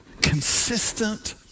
consistent